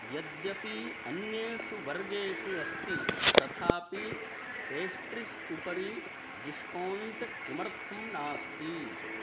यद्यपि अन्येषु वर्गेषु अस्ति तथापि पेश्स्ट्रिस् उपरि डिश्कौण्ट् किमर्थं नास्ति